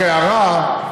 רק הערה.